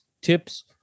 tips